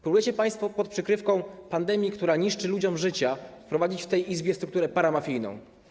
Próbujecie państwo pod przykrywką pandemii, która niszczy ludziom życia, wprowadzić w tej Izbie strukturę paramafijną.